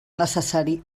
necessari